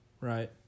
right